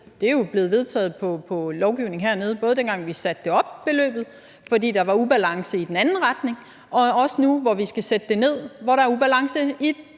Det er jo blevet vedtaget i lovgivning hernede, både dengang vi satte beløbet op, fordi der var ubalance i den anden retning, og også nu, hvor vi skal sætte det ned, hvor der er ubalance i den